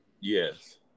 Yes